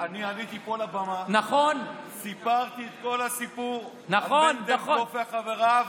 אני עליתי פה לבמה וסיפרתי את כל הסיפור על מנדלבלוף וחבריו,